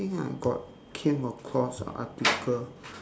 think I got came across a article